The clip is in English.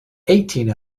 eighteen